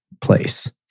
place